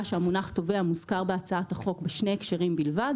שהמונח תובע מוזכר בהצעת החוק בשני הקשרים בלבד: